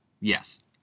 Yes